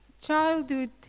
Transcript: childhood